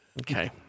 okay